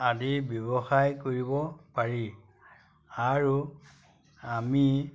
আদি ব্যৱসায় কৰিব পাৰি আৰু আমি